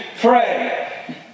pray